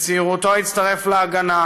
בצעירותו הצטרף להגנה,